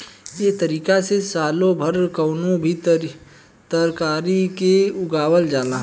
एह तारिका से सालो भर कवनो भी तरकारी के उगावल जाला